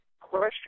question